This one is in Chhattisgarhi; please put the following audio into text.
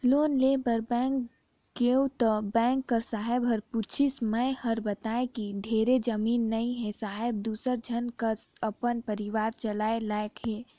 लोन लेय बर बेंक गेंव त बेंक कर साहब ह पूछिस मै हर बतायें कि ढेरे जमीन नइ हे साहेब दूसर झन कस अपन परिवार चलाय लाइक हे